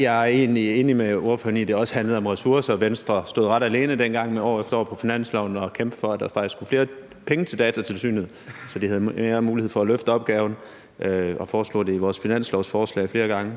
Jeg er egentlig enig med ordføreren i, at det også handlede om ressourcer. Venstre stod ret alene dengang i forhold til finansloven med at kæmpe for, at der faktisk skulle flere penge til Datatilsynet, så de havde bedre mulighed for at løfte opgaven, og vi foreslog det i vores finanslovsforslag flere gange.